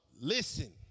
listen